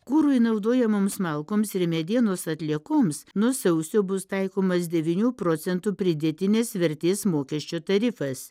kurui naudojamoms malkoms ir medienos atliekoms nuo sausio bus taikomas devynių procentų pridėtinės vertės mokesčio tarifas